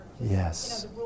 Yes